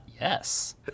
yes